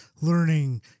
learning